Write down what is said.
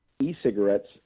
e-cigarettes